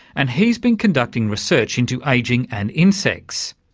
and he's been conducting research into ageing and insects.